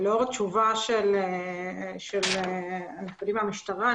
לאור התשובה של נציג המשטרה,